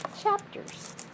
chapters